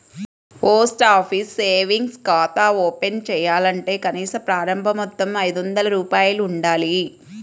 post office savings ఖాతా open చేయాలంటే కనీస ప్రారంభ మొత్తం ఐదొందల రూపాయలు ఉండాలి